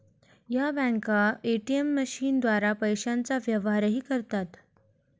या बँका ए.टी.एम मशीनद्वारे पैशांचे व्यवहारही करतात